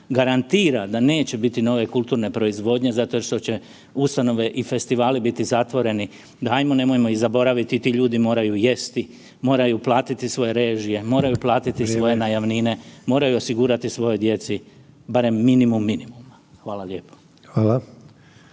garantira da neće biti nove kulturne proizvodnje zato što će ustanove i festivali biti zatvoreni, ajmo nemojmo ih zaboraviti i ti ljudi moraju jesti, moraju platiti svoje režije, moraju platiti svoje najamnine, moraju osigurati svojoj djeci barem minimum minimuma. Hvala lijepo.